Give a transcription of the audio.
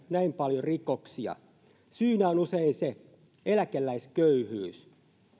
näin paljon rikoksia syynä on usein eläkeläisköyhyys